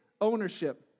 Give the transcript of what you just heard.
ownership